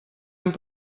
amb